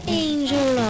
angel